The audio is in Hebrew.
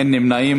אין נמנעים.